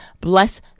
bless